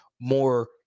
more